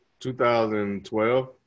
2012